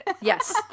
Yes